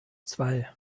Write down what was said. zwei